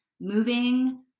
moving